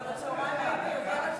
אבל בצהריים היית יותר עצבני.